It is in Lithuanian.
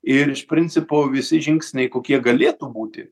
ir iš principo visi žingsniai kokie galėtų būti